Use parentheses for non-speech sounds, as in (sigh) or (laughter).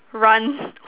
run (breath)